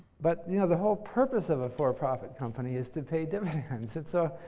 but you know the whole purpose of a for-profit company is to pay dividends. and so,